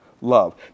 love